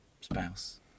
spouse